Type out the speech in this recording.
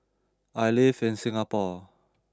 I live in Singapore